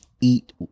eat